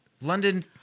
London